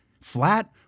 flat